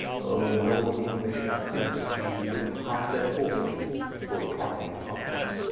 o noble english, that could entertaine with halfe their forces, the full pride of france,